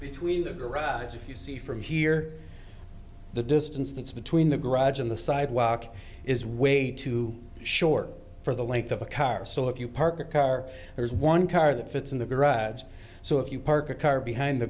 between the garage if you see from here the distance that's between the garage and the sidewalk is way too short for the length of a car so if you park a car there's one car that fits in the garage so if you park a car behind the